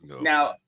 Now